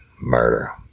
Murder